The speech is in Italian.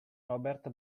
robert